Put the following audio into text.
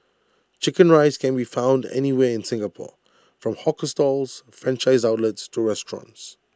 Chicken Rice can be found anywhere in Singapore from hawker stalls franchised outlets to restaurants